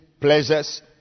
pleasures